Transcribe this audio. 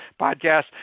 podcast